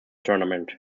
tournament